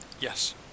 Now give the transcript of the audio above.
Yes